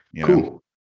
cool